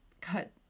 cut